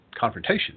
confrontation